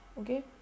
okay